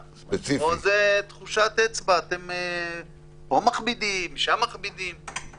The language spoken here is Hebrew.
כאלה, ובדבר אחר לא.